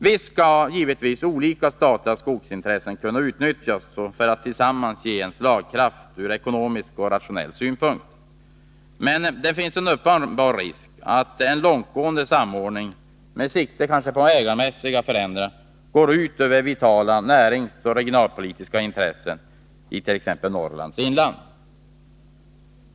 Visst skall olika statliga skogsintressen kunna utnyttjas för att tillsammans ge en slagkraft ur ekonomisk och rationell synpunkt. Men det finns en uppenbar risk att en långtgående samordning — med sikte kanske på ägarmässiga förändringar — går ut över vitala näringsoch regionalpolitiska intressenit.ex. Norrlands inland.